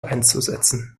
einzusetzen